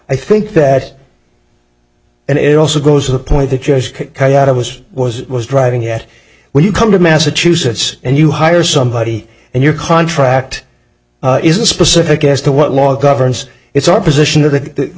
i think that and it also goes to the point that just cut out of was was was driving yet when you come to massachusetts and you hire somebody and your contract isn't specific as to what law governs it's our position or that the